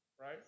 right